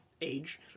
age